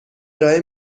ارائه